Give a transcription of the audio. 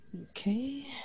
Okay